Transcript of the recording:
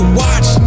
watch